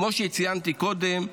כמו שציינתי קודם,